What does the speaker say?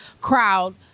crowd